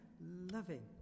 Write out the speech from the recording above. loving